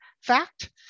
fact